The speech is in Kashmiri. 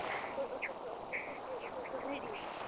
بہٕ ٲسٕس مطلب صُبحٲے ٲسٕس بہٕ ریٚڈی مطلب